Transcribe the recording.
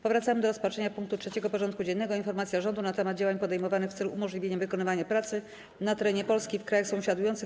Powracamy do rozpatrzenia punktu 3. porządku dziennego: Informacja Rządu na temat działań podejmowanych w celu umożliwienia wykonywania pracy na terenie Polski i w krajach sąsiadujących,